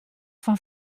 fan